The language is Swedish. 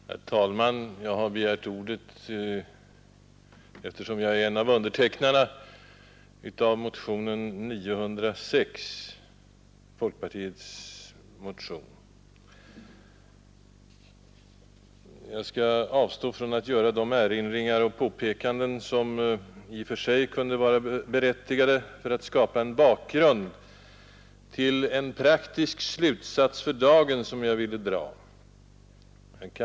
Herr talman! Jag har begärt ordet, eftersom jag är en av undertecknarna av folkpartiets partimotion 906. Jag skall avstå från att göra de erinringar och påpekanden, som i och för sig kunde vara berättigade för att skapa en bakgrund till den praktiska slutsats för dagen, som jag vill dra.